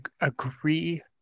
agree